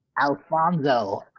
Alfonso